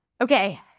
Okay